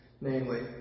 Namely